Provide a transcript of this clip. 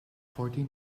fourteen